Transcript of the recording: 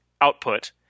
output